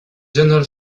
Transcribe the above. general